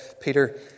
Peter